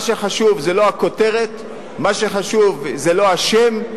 מה שחשוב זה לא הכותרת, מה שחשוב זה לא השם.